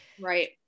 right